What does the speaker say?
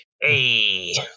Hey